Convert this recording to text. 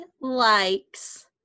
likes